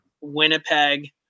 Winnipeg